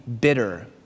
bitter